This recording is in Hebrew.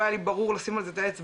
לא היה לי ברור לשים על זה את האצבע,